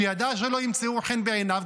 שידע שלא ימצאו חן בעיניו,